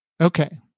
Okay